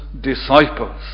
disciples